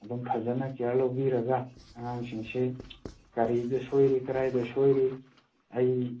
ꯑꯗꯨꯝ ꯐꯖꯅ ꯀꯤꯌꯥꯔ ꯂꯧꯕꯤꯔꯒ ꯑꯉꯥꯡꯁꯤꯡꯁꯤ ꯀꯔꯤꯗ ꯁꯣꯏꯔꯤ ꯀꯗꯥꯏꯗ ꯁꯣꯏꯔꯤ ꯑꯩ